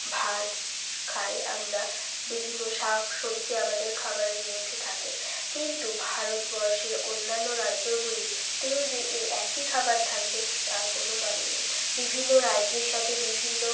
ভাত খাই আমরা বিভিন্ন শাক সবজি আমাদের খাবারের মধ্যে থাকে কিন্তু ভারতবর্ষের অন্যান্য রাজ্যগুলিতেও যে এই একই খাবার থাকবে তার কোনও মানে নেই বিভিন্ন রাজ্যের সাথে বিভিন্ন